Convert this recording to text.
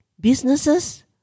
businesses